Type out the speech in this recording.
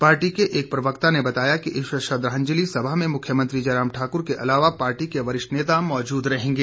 party के एक प्रवक्ता ने बताया कि इस श्रद्वाजंलि सभा में मुख्यमंत्री जयराम ठाकुर के अलावा पार्टी के वरिष्ठ नेता मौजूद रहेंगे